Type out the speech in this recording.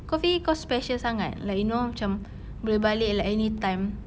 kau fikir kau special sangat like you know macam boleh balik like any time